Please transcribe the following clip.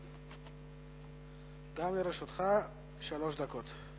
גם לרשותך שלוש דקות.